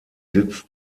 sitz